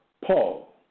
Paul